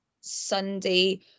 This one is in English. Sunday